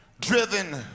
driven